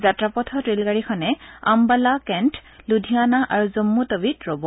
যাত্ৰাপথত ৰেলগাড়ীখনে আম্বালা কেণ্ট লুধিয়ানা আৰু জম্মু টৱিত ৰব